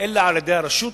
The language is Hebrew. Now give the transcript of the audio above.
אלא על-ידי הרשות